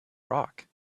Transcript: rock